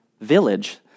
village